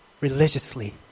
religiously